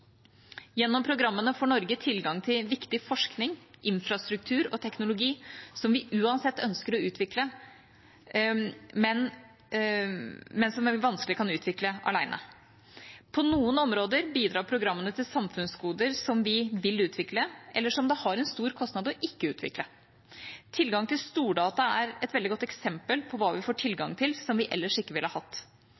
Gjennom programmene får Norge tilgang til viktig forskning, infrastruktur og teknologi som vi uansett ønsker å utvikle, men som vi vanskelig kan utvikle alene. På noen områder bidrar programmene til samfunnsgoder som vi vil utvikle, eller som det har en stor kostnad å ikke utvikle. Tilgang til stordata er et veldig godt eksempel på hva vi får